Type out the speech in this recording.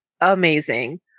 amazing